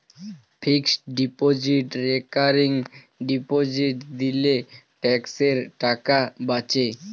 fixed deposit recurring deposit দিলে ট্যাক্সের টাকা বাঁচে